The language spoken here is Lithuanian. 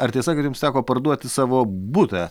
ar tiesa kad jums teko parduoti savo butą